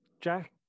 Jack